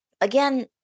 again